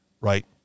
right